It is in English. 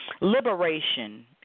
Liberation